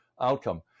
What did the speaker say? outcome